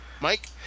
Mike